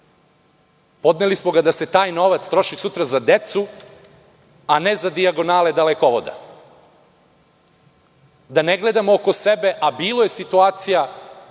Podneli smo ga da se taj novac troši sutra za decu, a ne za dijagonale dalekovoda, da ne gledamo oko sebe, a bilo je situacija